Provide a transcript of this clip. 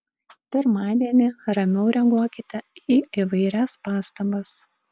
pirmadienį ramiau reaguokite į įvairias pastabas